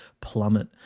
plummet